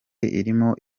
irimo